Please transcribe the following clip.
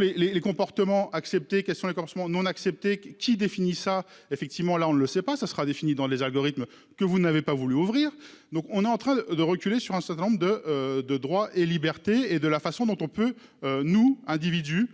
les les les comportements accepter question la Corse non acceptées qui définit a effectivement là on ne le sait pas ça sera défini dans les algorithmes, que vous n'avez pas voulu ouvrir. Donc on est en train de reculer sur un certain nombre de de droits et libertés et de la façon dont on peut nous individus